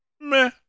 meh